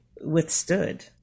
withstood